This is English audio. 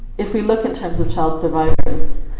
if we look in terms of child survivors.